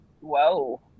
Whoa